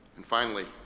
and finally,